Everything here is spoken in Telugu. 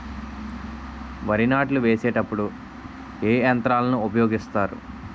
వరి నాట్లు వేసేటప్పుడు ఏ యంత్రాలను ఉపయోగిస్తారు?